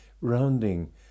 rounding